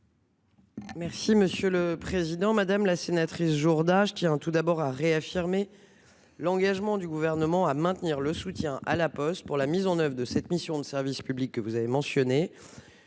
Mme la ministre déléguée. Madame la sénatrice Jourda, je tiens tout d'abord à réaffirmer l'engagement du Gouvernement à maintenir le soutien à La Poste pour la mise en oeuvre de cette mission de service public que constitue